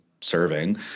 serving